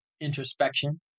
introspection